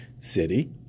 city